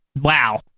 Wow